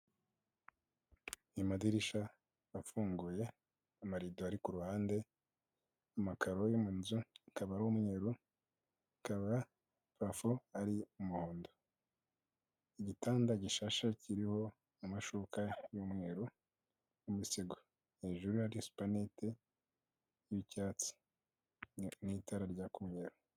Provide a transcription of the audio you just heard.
Amadirisha afunguye, amarido ari kuhande, amakaro yo mu nzu akaba ari umweru, hakaba purafo ari umuhondo, igitanda gishashe kiriho amashuka y'umweru n'umusego, hejuru hari supanete y'icyatsi, n'itara ryaka.